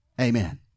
Amen